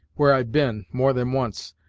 where i've been, more than once,